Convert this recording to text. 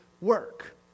work